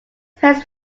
parents